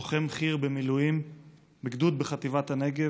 לוחם חי"ר במילואים מגדוד בחטיבת הנגב,